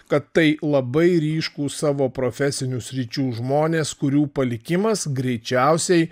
kad tai labai ryškūs savo profesinių sričių žmonės kurių palikimas greičiausiai